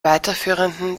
weiterführenden